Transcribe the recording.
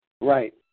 Right